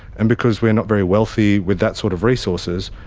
and because we are not very wealthy with that sort of resources,